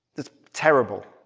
it's terrible.